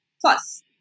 Plus